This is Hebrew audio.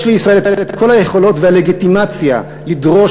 יש לישראל כל היכולות והלגיטימציה לדרוש